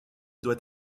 doit